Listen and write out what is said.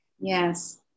Yes